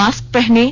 mask पहनें